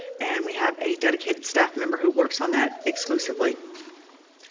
and we have a dedicated staff member who works on that exclusively.